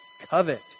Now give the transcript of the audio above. covet